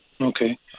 okay